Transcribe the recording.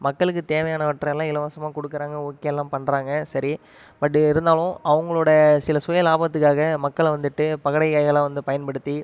மக்களுக்கு தேவையானவற்றை எல்லாம் இலவசமாக கொடுக்கறாங்க ஓகே எல்லாம் பண்ணுறாங்க சரி பட் இருந்தாலும் அவங்களோடய சில சுயலாபத்துக்காக மக்களை வந்துட்டு பகடை காய்களாக வந்து பயன்படுத்தி